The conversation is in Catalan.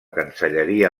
cancelleria